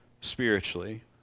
spiritually